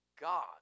God